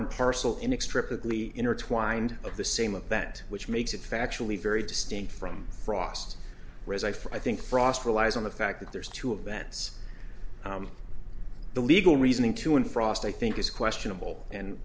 and parcel inextricably intertwined of the same of that which makes it factually very distinct from frost whereas i for i think frost relies on the fact that there's two events the legal reasoning two in frost i think is questionable and